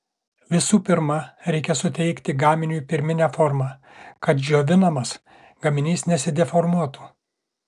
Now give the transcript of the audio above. visų pirma reikia suteikti gaminiui pirminę formą kad džiovinamas gaminys nesideformuotų